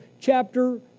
chapter